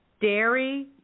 dairy